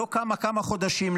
לא קמה כמה חודשים.